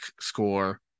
score